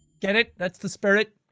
get it? that's the spirit.